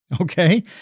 Okay